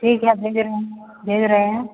ठीक है भेज रहे हैं भेज रहे हैं